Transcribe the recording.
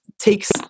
takes